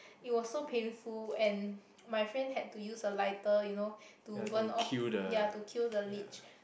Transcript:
it was so painful and my friend had to use a lighter you know to burn off ya to kill the leech